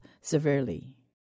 severely